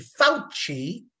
Fauci